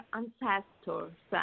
ancestors